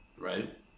right